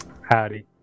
Howdy